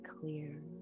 clear